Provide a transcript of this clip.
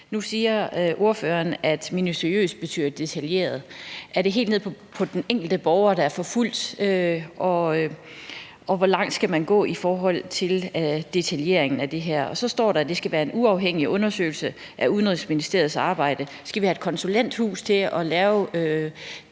Nu siger ordføreren, at minutiøst betyder detaljeret. Gælder det så helt ned til den enkelte borger, der er forfulgt, og hvor langt skal man gå i forhold til detaljeringen af det her? Og så står der, at det skal være en uafhængig undersøgelse af Udenrigsministeriets arbejde. Skal vi have et konsulenthus til at lave